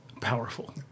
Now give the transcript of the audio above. powerful